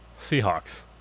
Seahawks